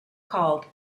called